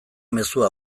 mezua